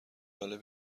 جالب